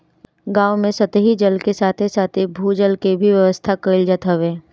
गांव में सतही जल के साथे साथे भू जल के भी व्यवस्था कईल जात हवे